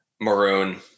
Maroon